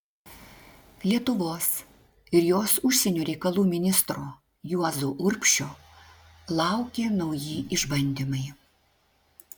lietuvos ir jos užsienio reikalų ministro juozo urbšio laukė nauji išbandymai